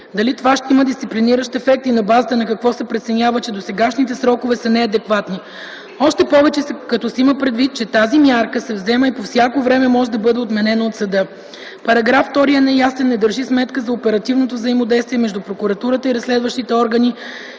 дали това ще има дисциплиниращ ефект и на базата на какво се преценява, че досегашните срокове са неадекватни, още повече като се има предвид, че тази мярка се взема и по всяко време може да бъде отменена от съда. Параграф 2 е неясен, не държи сметка за оперативното взаимодействие между прокуратурата и разследващите органи,